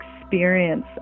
experience